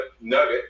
Nugget